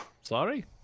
sorry